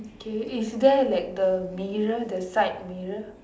okay is there like the mirror the side mirror